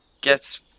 guess